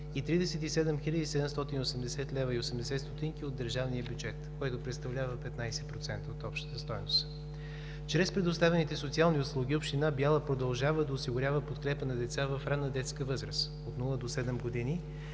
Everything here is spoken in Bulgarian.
и 37 хил. 780,80 лв. от държавния бюджет, което представлява 15% от общата стойност. Чрез предоставените социални услуги община Бяла продължава да осигурява подкрепа на деца в ранна детска възраст – от 0 до 7 години